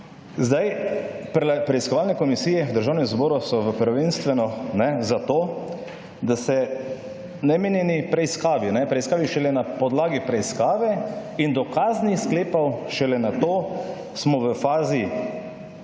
Zdaj, preiskovalne komisije v Državnem zboru so v prvenstveno, kajne, zato, da se namenjeni(?) preiskavi, preiskavi šele na podlagi preiskave in dokaznih sklepov, šele nato smo v fazi, da se